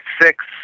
six